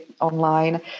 online